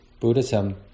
Buddhism